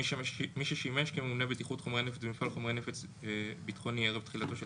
מי ששימש כממונה בטיחות חומרי נפץ במפעל חומרי ביטחוני ערב תחילתו של